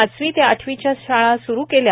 पाचवी ते आठवीच्या शाळा सुरु केल्या